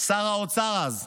שר האוצר אז,